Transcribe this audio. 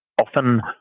often